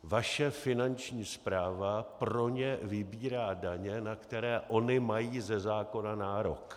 Vaše Finanční správa pro ně vybírá daně, na které ony mají ze zákona nárok.